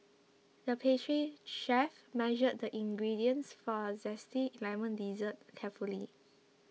the pastry chef measured the ingredients for a Zesty Lemon Dessert carefully